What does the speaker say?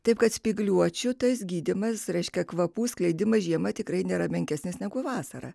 taip kad spygliuočių tas gydymas reiškia kvapų skleidimą žiema tikrai nėra menkesnis negu vasarą